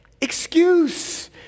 excuse